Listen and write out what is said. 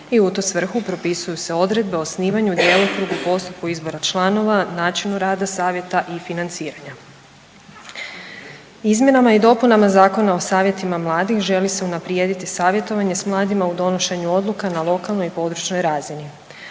i u tu svrhu propisuju se odredbe o osnivanju, djelokrugu, postupku izbora članova, načinu rada savjeta i financiranja. Izmjenama i dopunama Zakona o savjetima mladih želi se unaprijediti savjetovanje s mladima u donošenju odluka na lokalnoj i područnoj razini.